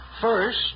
First